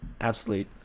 absolute